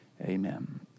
Amen